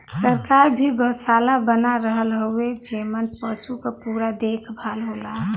सरकार भी गौसाला बना रहल हउवे जेमन पसु क पूरा देखभाल होला